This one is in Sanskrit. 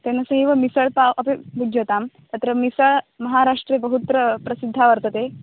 तेन सहैव मिसल्पाव् अपि भुज्यताम् तत्र मिसल् महाराष्ट्रे बहुत्र प्रसिद्धा वर्तते